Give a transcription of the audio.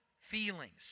feelings